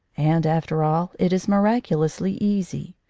and, after all, it is miracu lously easy.